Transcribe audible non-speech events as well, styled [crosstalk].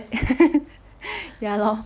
[laughs] ya lor